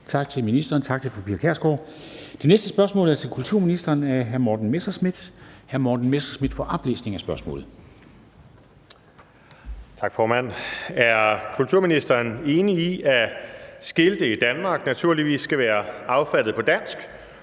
Tak til ministeren. Tak til fru Pia Kjærsgaard. Det næste spørgsmål er til kulturministeren af hr. Morten Messerschmidt. Kl. 14:23 Spm. nr. S 653 12) Til kulturministeren af: Morten Messerschmidt (DF): Er ministeren enig i, at skilte i Danmark naturligvis skal være affattet på dansk,